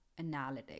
analytics